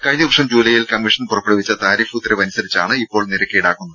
കഴിഞ്ഞ വർഷം ജൂലൈയിൽ കമ്മീഷൻ പുറപ്പെടുവിച്ച താരിഫ് ഉത്തരവ് അനുസരിച്ചാണ് ഇപ്പോൾ നിരക്ക് ഈടാക്കുന്നത്